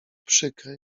przykre